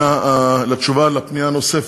לתשובה על פנייה נוספת,